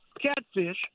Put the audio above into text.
catfish